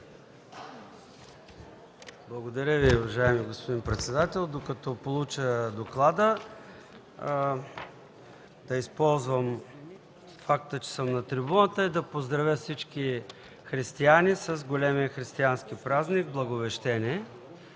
Благодаря Ви, уважаеми господин председател. Докато получа доклада, да използвам факта, че съм на трибуната и да поздравя всички християни с големия християнски празник Благовещение!